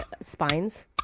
Spines